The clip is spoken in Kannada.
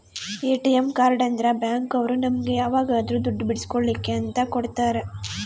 ಎ.ಟಿ.ಎಂ ಕಾರ್ಡ್ ಅಂದ್ರ ಬ್ಯಾಂಕ್ ಅವ್ರು ನಮ್ಗೆ ಯಾವಾಗದ್ರು ದುಡ್ಡು ಬಿಡ್ಸ್ಕೊಳಿ ಅಂತ ಕೊಡ್ತಾರ